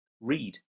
Read